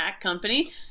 company